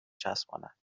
چسباند